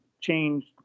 changed